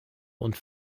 und